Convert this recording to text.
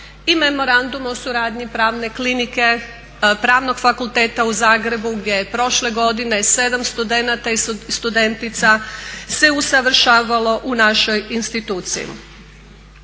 i memorandum o suradnji Pravne klinike Pravnog fakulteta u Zagrebu gdje je prošle godine sedam studenata i studentica se usavršavalo u našoj instituciji.